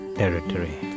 territory